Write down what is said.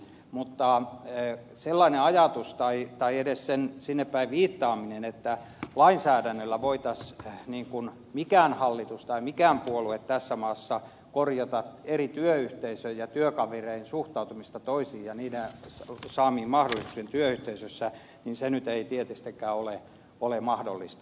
mutta sellainen ajatus tai edes sinnepäin viittaaminen että lainsäädännöllä voisi mikään hallitus tai mikään puolue tässä maassa korjata eri työyhteisöjen ja työkavereiden suhtautumista toisiin ja heidän saamiinsa mahdollisuuksiin työyhteisössä ei nyt tietystikään ole mahdollista